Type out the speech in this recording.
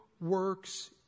works